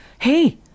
Hey